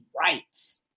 rights